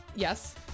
Yes